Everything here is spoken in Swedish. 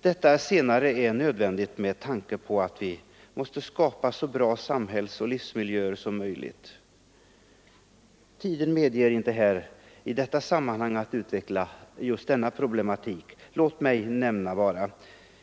Detta senare är nödvändigt med tanke på att vi måste skapa så bra samhällsoch livsmiljöer som möjligt. Tiden medger inte att jag i detta sammanhang utvecklar denna problematik. Låt mig bara ge följande exempel.